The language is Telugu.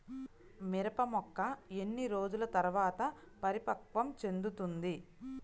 మిరప మొక్క ఎన్ని రోజుల తర్వాత పరిపక్వం చెందుతుంది?